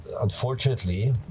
unfortunately